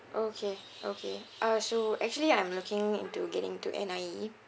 okay okay uh so actually I'm looking into getting into N_I_E